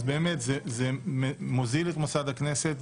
אז באמת זה מוזיל את מוסד הכנסת,